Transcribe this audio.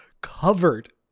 covered